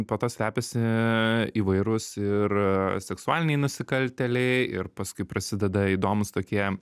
po tuo slepiasi įvairūs ir seksualiniai nusikaltėliai ir paskui prasideda įdomūs tokie